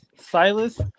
Silas